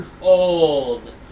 old